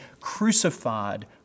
crucified